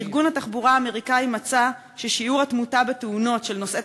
ארגון התחבורה האמריקני מצא ששיעור התמותה בתאונות של נוסעי